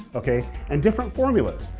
ok, and different formulas.